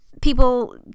people